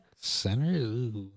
Center